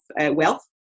wealth